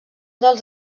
dels